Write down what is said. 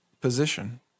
position